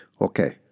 okay